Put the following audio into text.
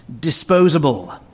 disposable